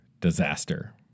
disaster